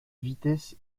vitesse